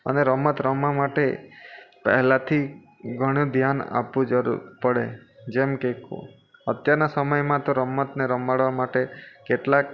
અને રમત રમવા માટે પહેલાંથી ઘણું ધ્યાન આપવું પડે જેમ કે અત્યારના સમયમાં તો રમતને રમાડવા માટે કેટલાક